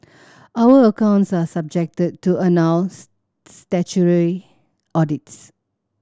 our accounts are subjected to annual statutory audits